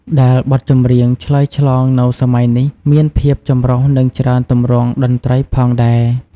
ដែលបទចម្រៀងឆ្លើយឆ្លងនៅសម័យនេះមានភាពចម្រុះនិងច្រើនទម្រង់តន្ត្រីផងដែរ។